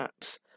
apps